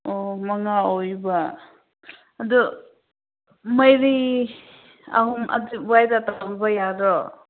ꯑꯣ ꯃꯉꯥ ꯑꯣꯏꯕ ꯑꯗꯨ ꯃꯔꯤ ꯑꯍꯨꯝ ꯑꯗꯨꯋꯥꯏꯗ ꯇꯧꯕ ꯌꯥꯗ꯭ꯔꯣ